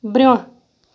برٛۄنٛہہ